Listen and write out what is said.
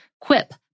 Quip